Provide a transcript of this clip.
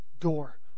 door